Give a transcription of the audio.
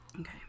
Okay